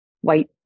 white